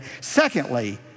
Secondly